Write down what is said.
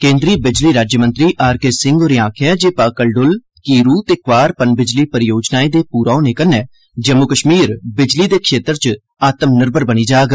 केन्द्री बिजली राज्यमंत्री आर के सिंह होरें आखेआ ऐ जे पाकल डुल कीरू ते क्वार बिजली परियोजनाएं दे पूरा होने कन्नै जम्मू कश्मीर बिजली दे क्षेत्र च आत्म निर्भर बनी जाग